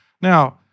Now